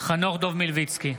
חנוך דב מלביצקי,